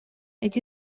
ити